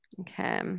Okay